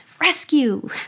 Rescue